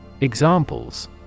Examples